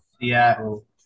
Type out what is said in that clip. Seattle